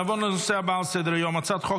נעבור לנושא הבא על סדר-היום: הצעת חוק